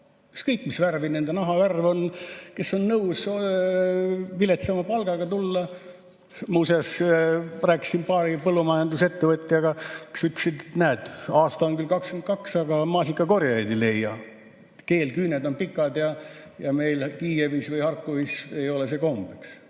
ükskõik, mis värvi nende nahavärv on, kes on nõus viletsama palgaga [tööle] tulema. Muuseas rääkisin paari põllumajandusettevõtjaga, kes ütlesid, näed, aasta on küll 2022, aga maasikakorjajaid ei leia. Geelküüned on pikad ja meil Kiievis ja Harkivis ei ole see kombeks.